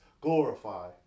glorify